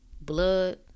Blood